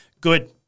good